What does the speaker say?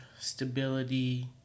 stability